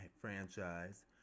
franchise